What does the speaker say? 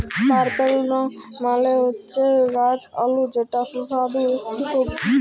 purple yam মালে হচ্যে গাছ আলু যেটা সুস্বাদু ইকটি সবজি